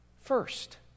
First